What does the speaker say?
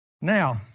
Now